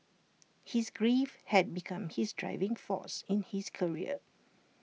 his grief had become his driving force in his career